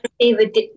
favorite